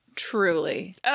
Truly